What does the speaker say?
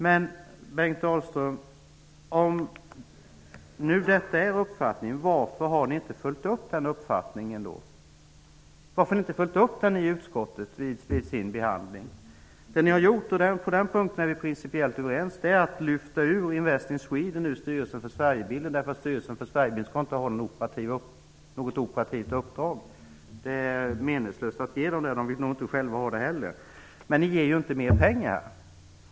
Men om nu detta är Ny demokratis uppfattning, Bengt Dalström, varför har ni då inte följt upp den vid utskottets behandling? Det ni har gjort är att föreslå -- och på den punkten är vi principiellt överens -- att lyfta ut Invest in Styrelsen för Sverigebilden inte skall ha något operativt uppdrag. Det är meningslöst att ge den det. Den vill inte heller själv ha det. Men ni föreslår inte mer pengar.